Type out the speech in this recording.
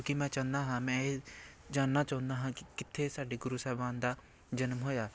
ਕਿਉਂਕਿ ਮੈਂ ਚਾਹੁੰਦਾ ਹਾਂ ਮੈਂ ਇਹ ਜਾਣਨਾ ਚਾਹੁੰਦਾ ਹਾਂ ਕਿ ਕਿੱਥੇ ਸਾਡੇ ਗੁਰੂ ਸਾਹਿਬਾਨ ਦਾ ਜਨਮ ਹੋਇਆ